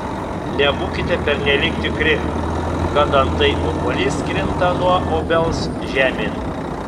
nebūkite pernelyg tikri kad antai obuolys krinta nuo obels žemėn